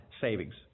savings